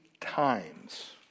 times